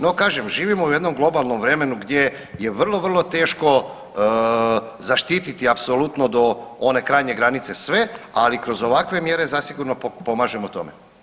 No, kažem, živimo u jednom globalnom vremenu gdje je vrlo, vrlo teško zaštititi apsolutno do one krajnje granice sve, ali kroz ovakve mjere, zasigurno pomažemo tome.